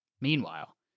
Meanwhile